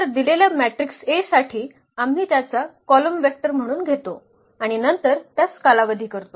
तर दिलेल्या matrix A साठी आम्ही त्याचा कॉलम वेक्टर म्हणून घेतो आणि नंतर त्यास कालावधी करतो